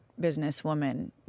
businesswoman